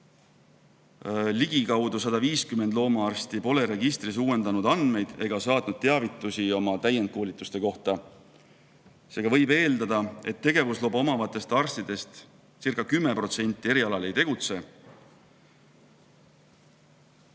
Ligikaudu 150 loomaarsti pole registris uuendanud andmeid ega saatnud teavitusi oma täienduskoolituste kohta. Seega võib eeldada, et tegevusluba omavatest arstidestcirca10% erialal ei tegutse.